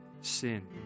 sin